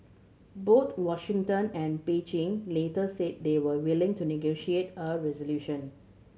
both Washington and Beijing later said they were willing to negotiate a resolution